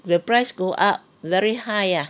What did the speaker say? the price go up very high ah